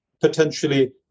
potentially